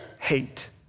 hate